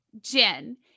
Jen